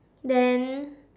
then